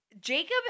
Jacob